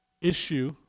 issue